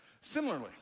Similarly